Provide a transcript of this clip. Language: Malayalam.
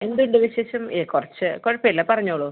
എന്തുണ്ട് വിശേഷം ഏ കുറച്ച് കുഴപ്പമില്ല പറഞ്ഞോളൂ